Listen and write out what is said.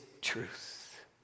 truth